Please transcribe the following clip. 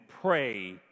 pray